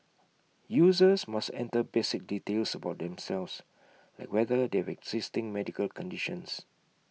users must enter basic details about themselves like whether they have existing medical conditions